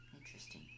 interesting